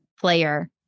player